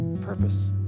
purpose